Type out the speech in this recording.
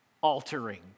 altering